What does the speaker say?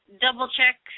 double-check